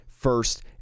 first